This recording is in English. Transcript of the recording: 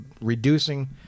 reducing